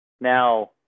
Now